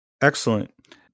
excellent